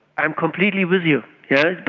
i'm completely with you, yeah